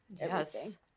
Yes